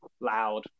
loud